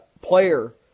player